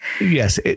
yes